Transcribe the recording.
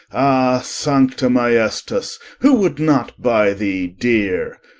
ah sancta maiestas! who would not buy thee deere?